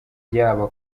yaba